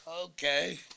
Okay